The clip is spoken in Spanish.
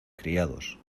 criados